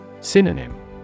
Synonym